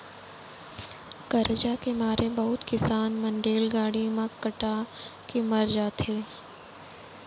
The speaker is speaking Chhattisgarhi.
करजा के मारे बहुत किसान मन रेलगाड़ी म कटा के मर जाथें